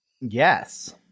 Yes